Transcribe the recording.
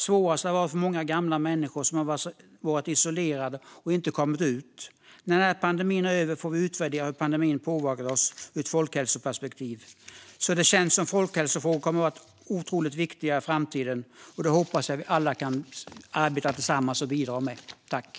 Svårast är det för många gamla människor som är isolerade och inte kommer ut. När pandemin är över får vi utvärdera hur den har påverkat oss ur ett folkhälsoperspektiv. Folkhälsofrågorna kommer att vara viktiga i framtiden, och jag hoppas att vi alla kan bidra i det arbetet.